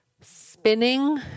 spinning